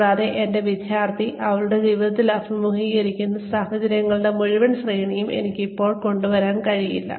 കൂടാതെ എന്റെ വിദ്യാർത്ഥി അവളുടെ ജീവിതത്തിൽ അഭിമുഖീകരിക്കുന്ന സാഹചര്യങ്ങളുടെ മുഴുവൻ ശ്രേണിയും എനിക്ക് ഇപ്പോഴും കൊണ്ടുവരാൻ കഴിയില്ല